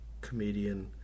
comedian